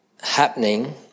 happening